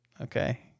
Okay